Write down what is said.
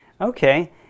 Okay